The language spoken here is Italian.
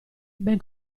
ben